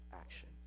action